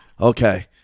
Okay